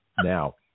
now